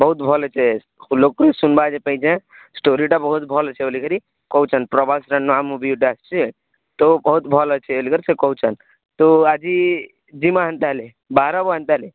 ବହୁତ୍ ଭଲ୍ ହେଇଚେ ଲୋକ୍ ଶୁନ୍ବାକେ ପାଇଛେ ଷ୍ଟୋରୀଟା ବହୁତ୍ ଭଲ୍ ଅଛେ ବୋଲି କରି କହୁଛନ୍ ପ୍ରଭାସ୍ର ନୂଆ ମୁଭି ଗୁଟେ ଆସିଛେ ତୋ ବହୁତ ଭଲ୍ ଅଛେ ବୋଲି ସେ କହୁଛନ୍ ତୁ ଆଜି ଯିମା ହେନ୍ତା ହେଲେ ବାହାରବ ହେନ୍ତା ହେଲେ